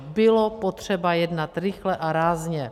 Bylo potřeba jednat rychle a rázně.